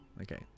Okay